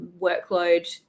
workload